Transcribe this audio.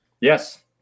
yes